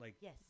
Yes